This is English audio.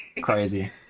Crazy